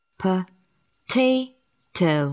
potato